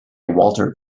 walter